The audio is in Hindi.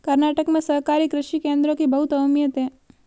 कर्नाटक में सहकारी कृषि केंद्रों की बहुत अहमियत है